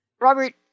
Robert